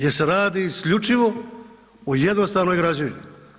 Jer se radi isključivo o jednostavnoj građevini.